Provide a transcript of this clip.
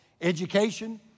Education